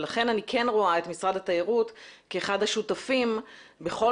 לכן אני כן רואה את משרד התיירות כאחד השותפים לכל